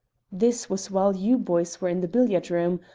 this was while you boys were in the billiard-room,